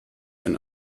ein